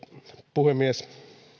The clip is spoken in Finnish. puhemies